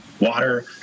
water